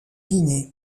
guinée